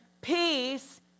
Peace